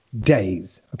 days